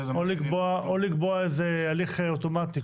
או לקבוע איזה הליך אוטומטי.